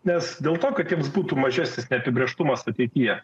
nes dėl to kad jiems būtų mažesnis neapibrėžtumas ateityje